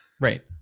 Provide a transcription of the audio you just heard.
right